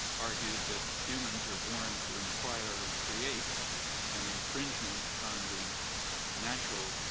argued that humans are born to inquire and create an infringement on the natural,